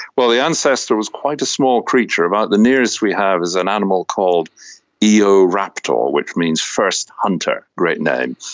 well, the ancestor was quite a small creature. about the nearest we have is an animal called eoraptor, which means first hunter. a great name.